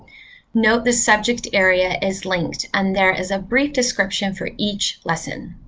note the subject area is linked and there is a brief description for each lesson.